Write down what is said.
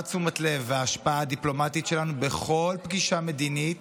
תשומת הלב וההשפעה הדיפלומטית שלנו בכל פגישה מדינית